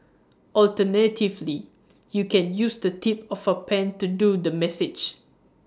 alternatively you can use the tip of A pen to do the massage